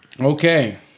Okay